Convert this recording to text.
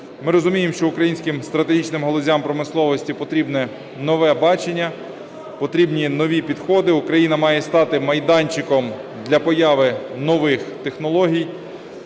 Ми розуміємо, що українським стратегічним галузям промисловості потрібно нове бачення, потрібні нові підходи. Україна має стати майданчиком для появи нових технологій.